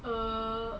err